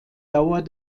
dauer